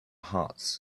hearts